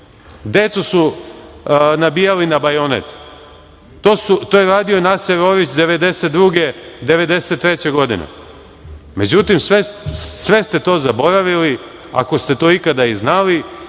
decu su nabijali na bajonet. To je radio Naser Orić 1992, 1993. godine.Međutim, sve ste to zaboravili, ako ste to ikada i znali,